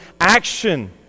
action